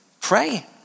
Pray